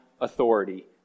Authority